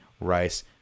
rice